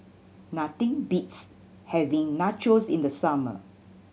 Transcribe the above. nothing beats having Nachos in the summer